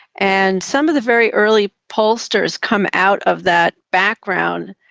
and some of the very early pollsters come out of that background,